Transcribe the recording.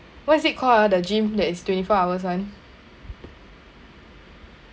what is it called ah the gym that is twenty four hours [one]